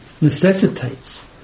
Necessitates